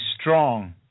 strong